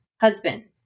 husband